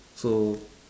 so